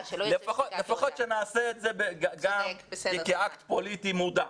לפחות שנעשה את זה גם כאקט פוליטי מודע.